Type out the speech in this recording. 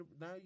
Now